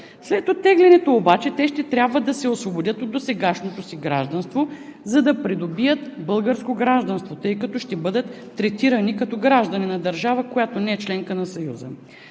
След оттеглянето обаче те ще трябва да се освободят от досегашното си гражданство, за да придобият българско гражданство, тъй като ще бъдат третирани като граждани на държава, която не е членка на Съюза.